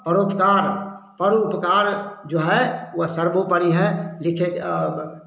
परोपकार पर उपकार जो है वह सर्वोपरी है लिखे